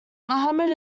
mohammed